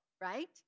right